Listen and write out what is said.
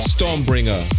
Stormbringer